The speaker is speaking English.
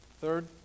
Third